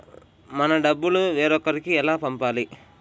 మన డబ్బులు వేరొకరికి ఎలా పంపాలి?